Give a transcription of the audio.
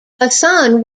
hassan